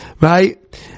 right